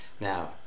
Now